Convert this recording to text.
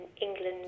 England